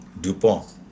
DuPont